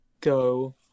go